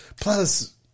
plus